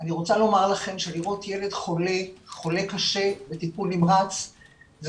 אני רוצה לומר לכם שלראות ילד חולה קשה בטיפול נמרץ זה